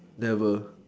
never